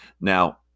Now